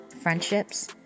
friendships